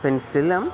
पेन्सिलम्